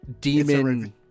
demon